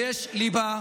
יש ליבה,